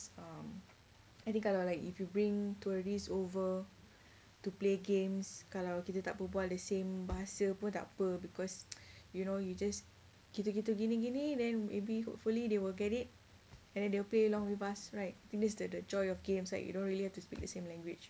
um nanti kalau like if you bring tourists over to play games kalau kita tak berbual the same bahasa pun takpe because you know you just gitu gitu gini gini then maybe hopefully they will get it and then they will play along with us right this is like the joy of games like you don't really have to speak the same language